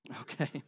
Okay